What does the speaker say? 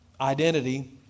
Identity